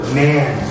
man